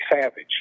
Savage